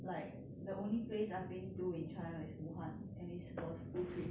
like the only place I've been to in china is wu han and it's for a school trip